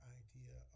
idea